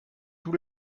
tous